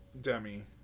Demi